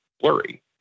blurry